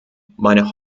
meine